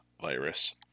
virus